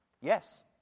Yes